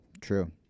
True